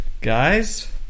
guys